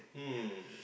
hmm